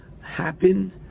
happen